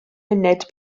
munud